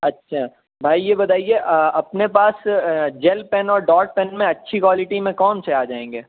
اچھا بھائی یہ بتائیے اپنے پاس جیل پین اور ڈاٹ پین میں اچھی کوالٹی میں کون سے آ جائیں گے